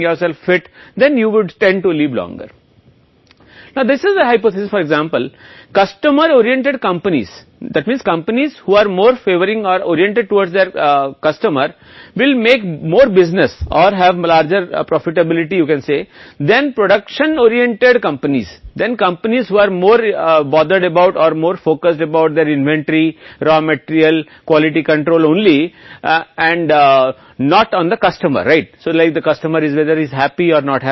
और आप खुद को फिट रखना जानते हैं तो आप लंबे समय तक जीवित रहेंगे उदाहरण ग्राहक उन्मुख कंपनियों का मतलब है कि वे कंपनियां जो अधिक अनुकूल या उन्मुख हैं उनके ग्राहक के लिए और अधिक व्यापार करना होगा या फिर आप कह सकते हैं कि अधिक लाभप्रदता है उत्पादन उन्मुख कंपनियां फिर अधिक ध्यान केंद्रित करने वाली कंपनियों के बारे में अधिक परेशान हैं उनके इन्वेंट्री कच्चे माल की गुणवत्ता नियंत्रण के बारे में और ग्राहक इस बात पर खुश है या नहीं है